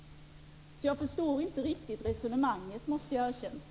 Jag förstår inte riktigt resonemanget, måste jag erkänna.